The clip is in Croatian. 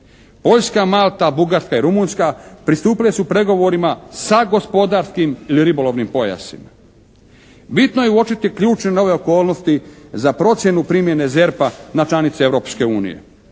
Poljska, Malta, Bugarska i Rumunjska pristupile su pregovorima sa gospodarskim ribolovnim pojasima. Bitno je uočiti ključne nove okolnosti za procjenu primjene ZERP-a na članice